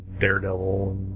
Daredevil